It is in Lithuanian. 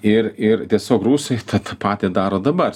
ir ir tiesiog rusai ta tą patį daro dabar